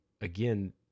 again